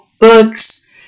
books